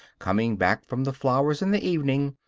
coming back from the flowers in the evening,